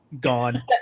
gone